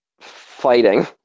fighting